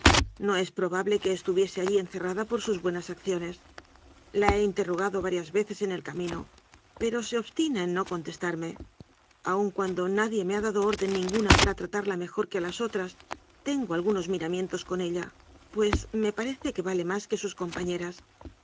no es probable que estu viese allí encerrada por sus buenas acciones la he interrogado varias veces en el camino pero se obs tina en no contestarme aun cuando nadie me ha dado orden ninguna para tratarla mejor que a las otras tengo algunos miramientos con ella pues me parece que vale más que sus compañeras